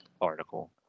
article